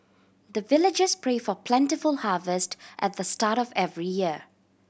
the villagers pray for plentiful harvest at the start of every year